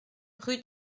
rue